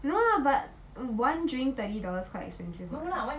no lah but one drink thirty dollars quite expensive lah